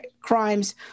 crimes